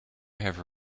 have